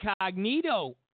Incognito